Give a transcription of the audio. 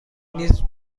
نیز